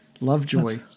Lovejoy